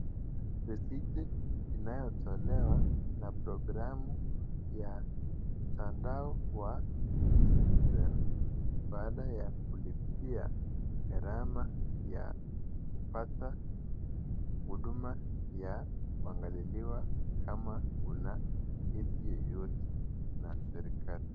Risiti inayotolewa na programu ya mtandao wa e-citizen baada ya kulipia gharama ya kupata huduma ya kuangaliliwa kama una kesi yoyote na serikali